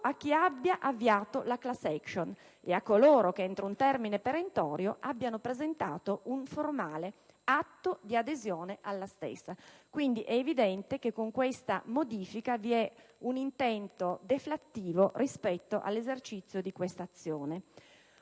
a chi abbia avviato la *class action* e a coloro che, entro un termine perentorio, abbiano presentato un formale atto di adesione alla stessa. È evidente che, con tale modifica, vi è un intento deflattivo rispetto all'esercizio di questa azione.